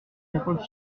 cinquante